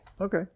Okay